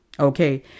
Okay